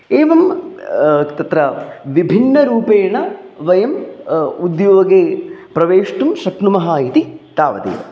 एवं तत्र विभिन्नरूपेण वयं उद्योगे प्रवेष्टुं शक्नुमः इति तावदेव